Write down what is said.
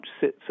sits